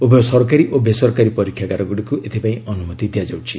ଉଭୟ ସରକାରୀ ଓ ବେସରକାରୀ ପରୀକ୍ଷାଗାରଗୁଡ଼ିକୁ ଏଥିପାଇଁ ଅନୁମତି ଦିଆଯାଉଛି